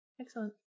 Excellent